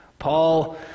Paul